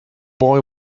boy